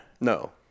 No